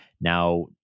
now